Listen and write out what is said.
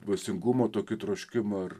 dvasingumo tokį troškimą